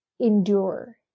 Endure